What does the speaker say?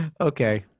Okay